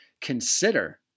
consider